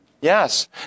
Yes